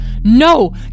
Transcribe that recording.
No